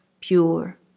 Pure